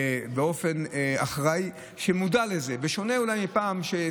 באופן אחראי, אולי בשונה מפעם.